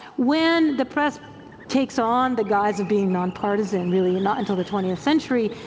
when the press takes on the guys of being nonpartisan really, not until the twentieth century,